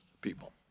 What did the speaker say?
people